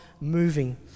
moving